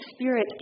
Spirit